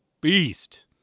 beast